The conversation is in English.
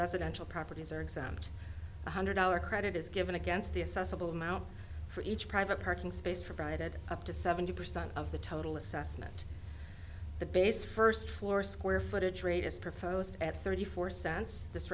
residential properties are exempt one hundred dollars credit is given against the a sizeable amount for each private parking space provided up to seventy percent of the total assessment the base first floor square footage rate is proposed at thirty four cents this